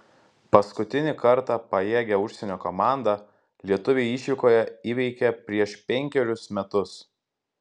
paskutinį kartą pajėgią užsienio komandą lietuviai išvykoje įveikė prieš penkerius metus